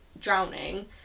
drowning